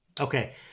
Okay